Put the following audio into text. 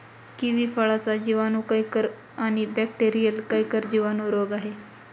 kiwi फळाचा जिवाणू canker आणि बॅक्टेरीयल कैंकर जिवाणू रोग आहे